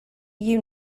you